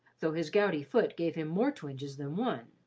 though his gouty foot gave him more twinges than one.